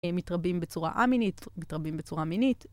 הם מתרבים בצורה א-מינית, מתרבים בצורה מינית.